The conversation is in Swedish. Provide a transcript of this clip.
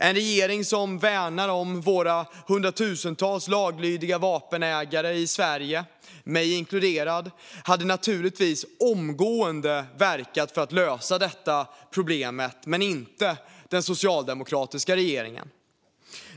En regering som värnar om våra hundratusentals laglydiga vapenägare i Sverige, mig inkluderad, hade naturligtvis omgående verkat för att lösa detta problem - men inte den socialdemokratiska regeringen, inte.